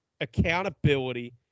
accountability